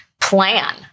plan